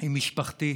עם משפחתי.